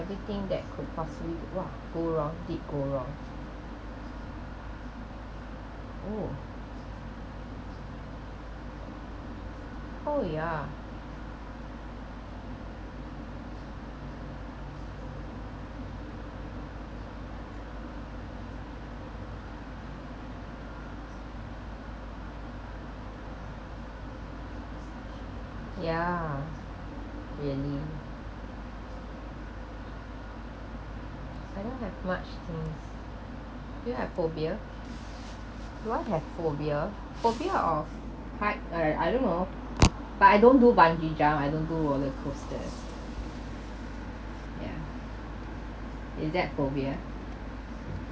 everything that could possibly !wah! go wrong did go wrong oh oh ya yeah really I don't have much thing do you have phobia do I have phobia phobia of high I I don't know but I don't do bungee jump I don't do roller coaster ya is that phobia